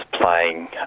playing